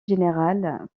général